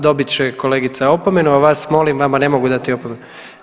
Dobit će kolegica opomenu, a vas molim vama ne mogu dati opomenu.